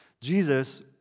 Jesus